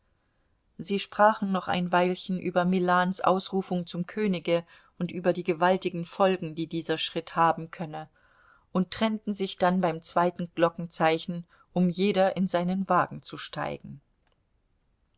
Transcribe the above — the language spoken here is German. sie sprachen noch ein weilchen über milans ausrufung zum könige und über die gewaltigen folgen die dieser schritt haben könne und trennten sich dann beim zweiten glockenzeichen um jeder in seinen wagen zu steigen